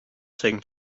taken